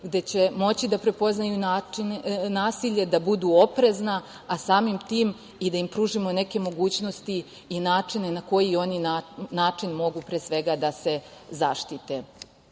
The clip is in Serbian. gde će moći da prepoznaju nasilje, da budu oprezna, a samim tim i da im pružimo neke mogućnosti i načine na koji način oni mogu pre svega da se zaštite. Zbog